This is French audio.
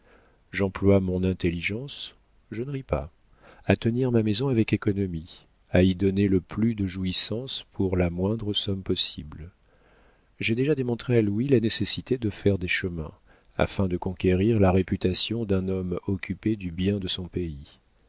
j'emploie mon intelligence je ne ris pas à tenir ma maison avec économie à y donner le plus de jouissances pour la moindre somme possible j'ai déjà démontré à louis la nécessité de faire des chemins afin de conquérir la réputation d'un homme occupé du bien de son pays